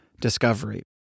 discovery